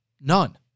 none